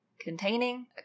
containing